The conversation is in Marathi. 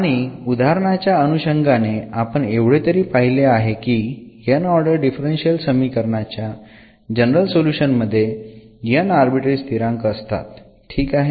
आणि उदाहरणाच्या अनुषंगाने आपण एवढे तरी पहिले आहे की n ऑर्डर डिफरन्शियल समीकरणाच्या जनरल सोल्युशन मध्ये n आर्बिट्ररी स्थिरांक असतात ठीक आहे